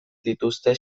dituzte